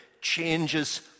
changes